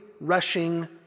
rushing